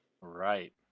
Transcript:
Right